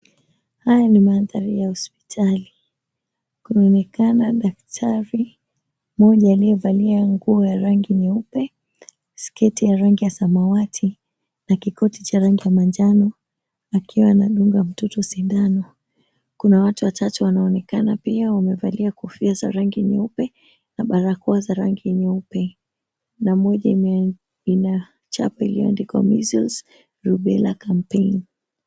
Haya ni mandhari ya hospitali. Kunaonekana daktari mmoja aliyevalia nguo ya rangi nyeupe, sketi ya rangi ya samawati na kikoti cha rangi ya manjano, akiwa anadunga mtoto sindano. Kuna watu watatu wanaonekana pia wamevalia kofia za rangi nyeupe na barakoa za rangi nyeupe, na moja ina chapa iliyoandikwa, Measles, Rubella Campaign.